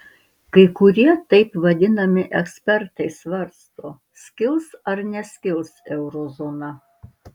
kai kurie taip vadinami ekspertai svarsto skils ar neskils eurozona